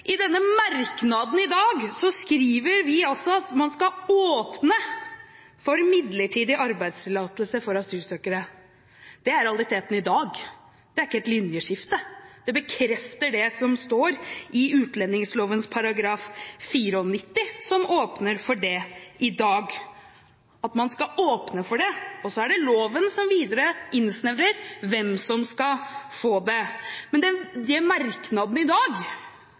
I denne merknaden i dag skriver vi altså at man skal «åpne for midlertidig arbeidstillatelse for asylsøkere». Det er realiteten i dag – det er ikke et linjeskifte. Det bekrefter det som står i utlendingsloven § 94, som åpner for det i dag – at man skal åpne for det, og så er det loven som videre innsnevrer hvem som skal få det. Men når det gjelder merknaden i dag,